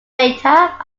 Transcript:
data